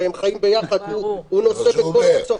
הרי הם חיים ביחד, הוא נושא בכל ההוצאות.